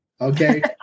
okay